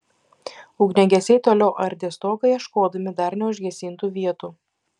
ugniagesiai toliau ardė stogą ieškodami dar neužgesintų vietų